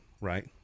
right